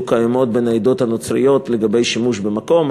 קיימות בין העדות הנוצריות לגבי שימוש במקום.